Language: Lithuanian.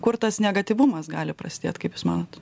kur tas negatyvumas gali prasidėt kaip jūs manot